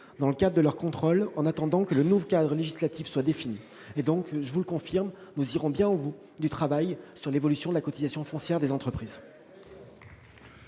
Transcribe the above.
dans le cadre de leurs contrôles en attendant que le nouveau cadre législatif soit défini. Aussi, je vous le confirme, nous irons bien au bout du travail sur l'évolution de la cotisation foncière des entreprises.